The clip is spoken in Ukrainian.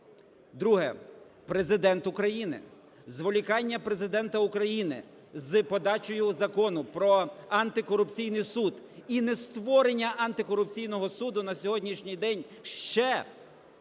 Друге. Президент України. Зволікання Президента України з подачею Закону про Антикорупційний суд і нестворення Антикорупційного суду на сьогоднішній день ще